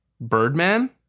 Birdman